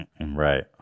right